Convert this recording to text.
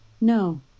No